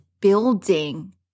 building